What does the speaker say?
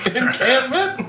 encampment